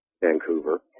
Vancouver